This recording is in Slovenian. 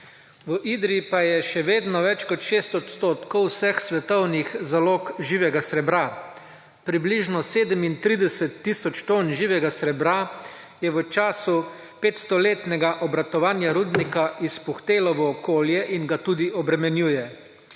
V Idriji pa je še vedno več kot 6 odstotkov vseh svetovnih zalog živega srebra. Približno 37 tisoč ton živega srebra je v času 500-letnega obratovanja rudnika izpuhtelo v okolje in ga tudi obremenjuje.